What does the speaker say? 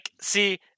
See